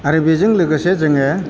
आरो बेजों लोगोसे जोङो